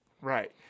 Right